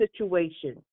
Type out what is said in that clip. situation